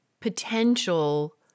potential